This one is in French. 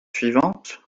suivantes